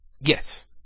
Yes